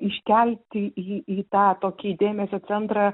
iškelti į į tą tokį dėmesio centrą